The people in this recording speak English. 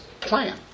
plan